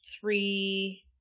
three